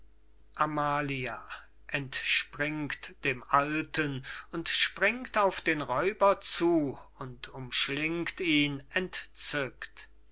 auf den räuber zu und umschlingt ihn